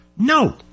No